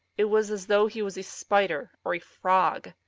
it was as though he was a spider or a frog.